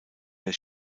der